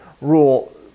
rule